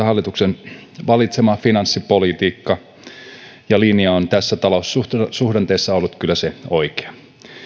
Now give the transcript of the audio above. hallituksen valitsema finanssipolitiikka ja linja on tässä taloussuhdanteessa ollut kyllä se oikea